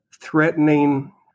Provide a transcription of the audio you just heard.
threatening